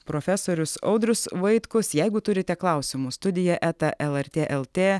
profesorius audrius vaitkus jeigu turite klausimų studija eta lrt lt